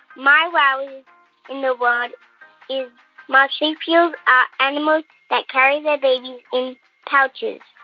my wow in the world is marsupials are animals that carry their babies in pouches,